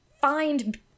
find